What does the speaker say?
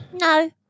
No